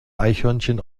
eichhörnchen